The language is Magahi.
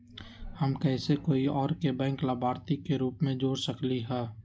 हम कैसे कोई और के बैंक लाभार्थी के रूप में जोर सकली ह?